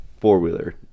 four-wheeler